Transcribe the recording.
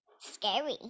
scary